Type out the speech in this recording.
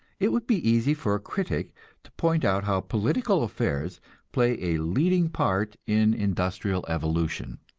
it would be easy for a critic to point out how political affairs play a leading part in industrial evolution,